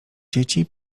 dzieci